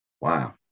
Wow